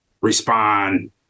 respond